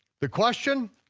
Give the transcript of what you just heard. the question?